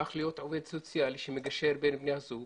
הפך להיות עובד סוציאלי שמגשר בין בני הזוג